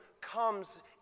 comes